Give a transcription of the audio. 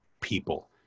People